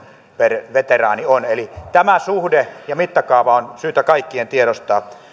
per veteraani on eli tämä suhde ja mittakaava on syytä kaikkien tiedostaa